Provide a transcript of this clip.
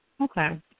okay